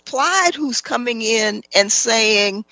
applied who's coming in and saying